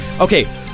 Okay